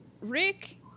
Rick